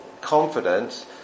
confident